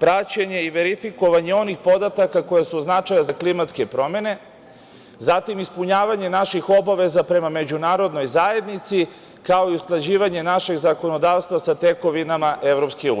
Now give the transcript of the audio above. praćenje i verifikovanje onih podataka koji su od značaja za klimatske promene, zatim ispunjavanje naših obaveza prema Međunarodnoj zajednici, kao i usklađivanje našeg zakonodavstva sa tekovinama EU.